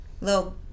little